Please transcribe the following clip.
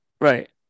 right